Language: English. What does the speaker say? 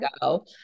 go